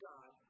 God